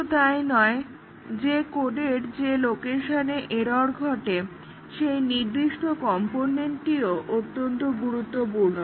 শুধু তাই নয় যে কোডের যে লোকেশনে এরর্ ঘটে সেই নির্দিষ্ট কম্পনেন্টটিও খুব গুরুত্বপূর্ণ